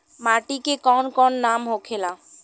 माटी के कौन कौन नाम होखे ला?